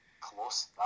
Close